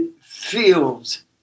feels